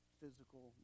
physical